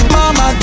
Mama